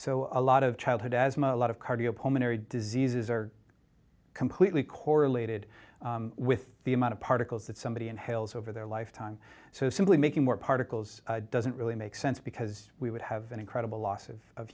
so a lot of childhood asthma a lot of cardiopulmonary diseases are completely correlated with the amount of particles that somebody inhales over their lifetime so simply making more particles doesn't really make sense because we would have an incredible loss of